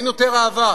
אין יותר אהבה.